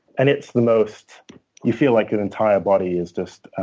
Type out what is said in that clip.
and it's the most you feel like your entire body is just